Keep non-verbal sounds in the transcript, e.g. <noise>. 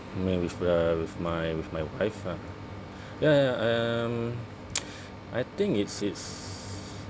you mean with uh with my with my wife uh ya ya um <noise> I think it's it's